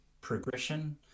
progression